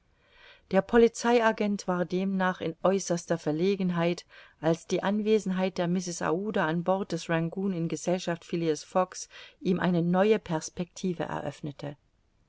der polizei agent war demnach in äußerster verlegenheit als die anwesenheit der mrs aouda an bord des rangoon in gesellschaft phileas fogg's ihm eine neue perspective eröffnete